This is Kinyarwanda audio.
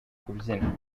kubyina